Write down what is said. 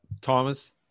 Thomas